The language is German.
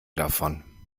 davon